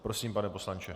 Prosím pane poslanče.